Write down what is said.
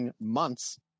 months